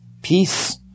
peace